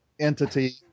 entity